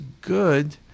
good